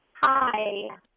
Hi